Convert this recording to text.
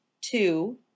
two